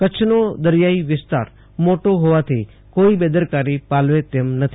કચ્છનો દરિયાઈ વિસ્તાર મોટો હોવાથી કોઈ બેદરકારી પાલવે તેમ નથી